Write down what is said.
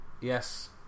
Yes